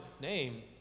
name